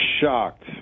shocked